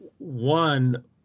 One